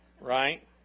right